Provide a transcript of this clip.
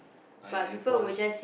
I have one